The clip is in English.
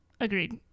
agreed